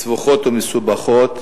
סבוכות ומסובכות,